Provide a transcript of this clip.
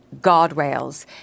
guardrails